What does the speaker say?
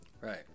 Right